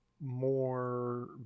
more